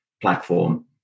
platform